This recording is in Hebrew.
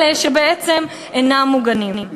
אלה שבעצם אינם מוגנים.